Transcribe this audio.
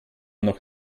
noch